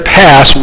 pass